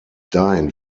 dahin